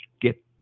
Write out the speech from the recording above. get